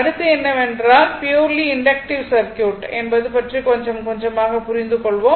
அடுத்து என்னவென்றால் purely inductive circuit என்பது பற்றி கொஞ்சம் கொஞ்சமாக புரிந்து கொள்வோம்